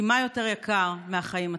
כי מה יותר יקר מהחיים עצמם?